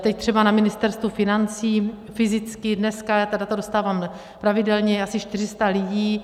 Teď třeba na Ministerstvu financí fyzicky dneska já ta data dostávám pravidelně je asi 400 lidí.